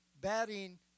batting